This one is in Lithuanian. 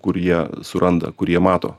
kur jie suranda kur jie mato